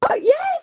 Yes